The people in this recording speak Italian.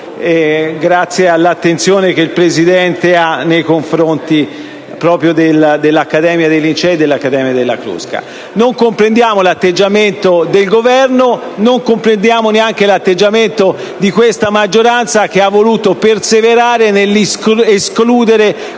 grazie all'attenzione che il Presidente riserva proprio all'Accademia dei Lincei e all'Accademia della Crusca). Non comprendiamo l'atteggiamento del Governo, e neanche quello di questa maggioranza, che ha voluto perseverare nell'escludere